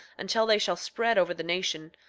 until they shall spread over the nation,